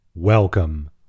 Welcome